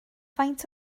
faint